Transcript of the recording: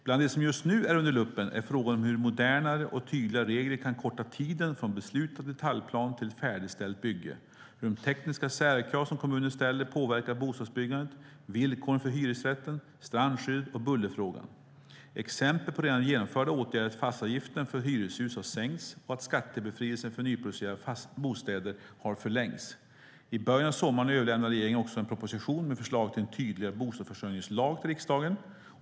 Bland det som just nu är under luppen är frågan om hur modernare och tydligare regler kan korta tiden från beslutad detaljplan till ett färdigställt bygge, hur de tekniska särkrav som kommuner ställer påverkar bostadsbyggandet, villkoren för hyresrätten, strandskyddet och bullerfrågan. Exempel på redan genomförda åtgärder är att fastighetsavgiften för hyreshus har sänkts och att skattebefrielsen för nyproducerade bostäder har förlängts. I början av sommaren överlämnade regeringen också en proposition med förslag till en tydligare bostadsförsörjningslag till riksdagen.